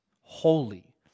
holy